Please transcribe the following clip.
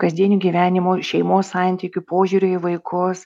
kasdieniu gyvenimu šeimos santykių požiūriu į vaikus